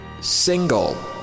single